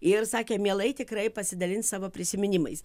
ir sakė mielai tikrai pasidalins savo prisiminimais